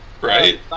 right